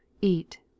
eat